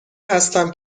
هستم